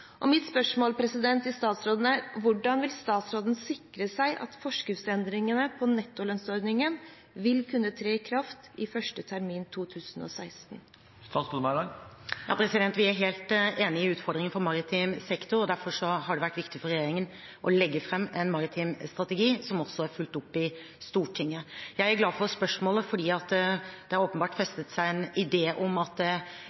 Mitt spørsmål til statsråden er: Hvordan vil statsråden sikre seg at forskuddsendringene på nettolønnsordningen vil kunne tre i kraft i første termin 2016? Vi er helt enige i utfordringene for maritim sektor, derfor har det vært viktig for regjeringen å legge fram en maritim strategi – som også er fulgt opp i Stortinget. Jeg er glad for spørsmålet fordi det åpenbart har festet seg en idé om at